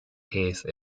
case